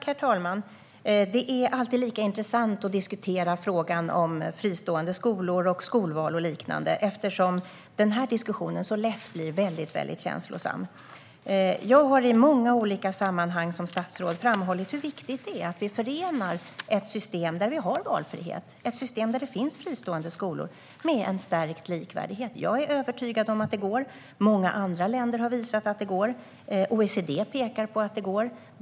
Herr talman! Det är alltid lika intressant att diskutera frågan om fristående skolor, skolval och liknande eftersom diskussionen så lätt blir väldigt känslosam. Jag har i många olika sammanhang som statsråd framhållit hur viktigt det är att vi förenar ett system där vi har valfrihet och fristående skolor med en stärkt likvärdighet. Jag är övertygad om att det går, och många andra länder har visat det. OECD pekar på att det går.